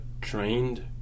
trained